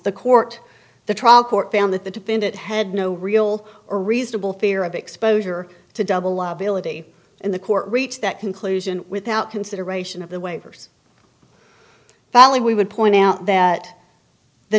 the court the trial court found that the defendant had no real or reasonable fear of exposure to double liability in the court reached that conclusion without consideration of the waivers valley we would point out that the